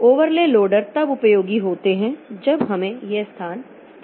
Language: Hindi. ओवरले लोडर तब उपयोगी होते हैं जब हमें यह स्थान स्थिर मिला हो